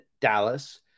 Dallas